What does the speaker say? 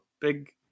big